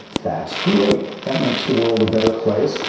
that's great. that makes the world a better place,